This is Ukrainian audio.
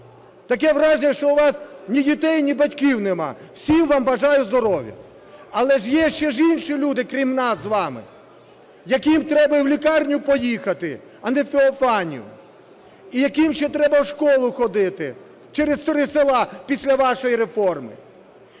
Таке враження, що у вас ні дітей, ні батьків немає. Всім вам бажаю здоров'я. Але ж є ще інші люди, крім нас з вами, яким треба і в лікарню поїхати, а не в Феофанію, і яким ще треба в школу ходити через три села після вашої реформи.